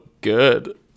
good